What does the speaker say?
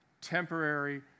temporary